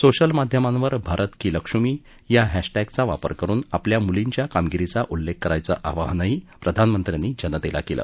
social माध्यमांवर भारत की लक्ष्मी हधटिक्रिय वापर करून आपल्या मुलींच्या कामगिरीचा उल्लेख करायचं आवाहनही प्रधानमंत्र्यांनी जनतेला केलं